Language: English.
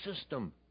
system